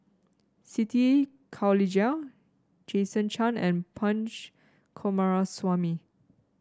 Siti Khalijah Jason Chan and Punch Coomaraswamy